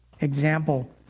example